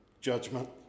judgment